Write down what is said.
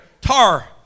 tar